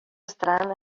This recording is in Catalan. estaran